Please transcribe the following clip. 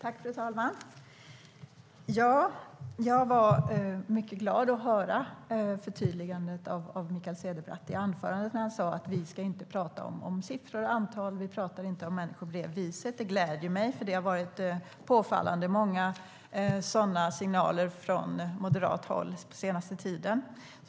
Fru talman! Jag var mycket glad över att höra Mikael Cederbratts förtydligande i anförandet, där han sade att vi inte ska tala om siffror och antal och att vi inte talar om människor på det viset. Det gläder mig, för det har kommit påfallande många signaler från moderat håll om motsatsen den senaste tiden.